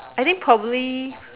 I think probably